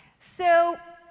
so